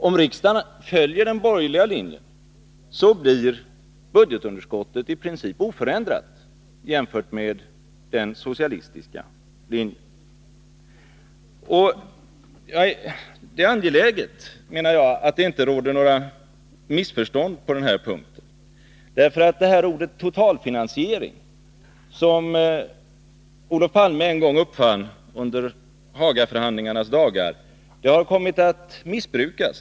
Om riksdagen följer den borgerliga linjen, blir budgetunderskottet i princip oförändrat jämfört med den socialistiska linjen. Det är angeläget, menar jag, att det inte råder några missförstånd på den här punkten. Ordet totalfinansiering, som Olof Palme en gång uppfann under Hagaförhandlingarnas dagar, har kommit att missbrukas.